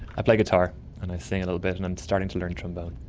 i play guitar and i sing a little bit and i'm starting to learn trombone.